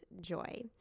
joy